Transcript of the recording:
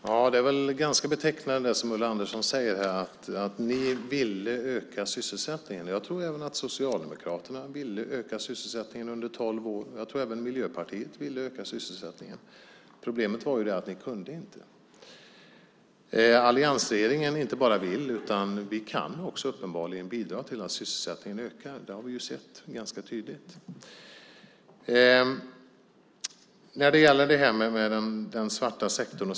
Fru talman! Det som Ulla Andersson säger är betecknande: Ni ville öka sysselsättningen. Jag tror att även Socialdemokraterna ville öka sysselsättningen under tolv år. Jag tror att även Miljöpartiet ville öka sysselsättningen. Problemet var att ni inte kunde. Alliansregeringen inte bara vill, utan vi kan uppenbarligen också bidra till att sysselsättningen ökar. Det har vi sett ganska tydligt. Det pågår en genomlysning av den svarta sektorn.